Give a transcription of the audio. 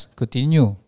continue